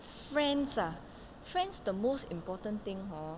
friends ah friends the most important thing hor